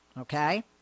Okay